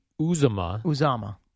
Uzama